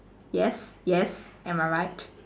yes yes am I right